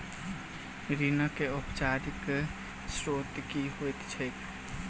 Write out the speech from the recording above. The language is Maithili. ऋणक औपचारिक स्त्रोत की होइत छैक?